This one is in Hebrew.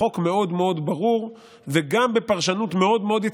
החוק ברור מאוד מאוד,